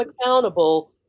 accountable